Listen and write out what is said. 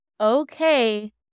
okay